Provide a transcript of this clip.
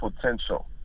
potential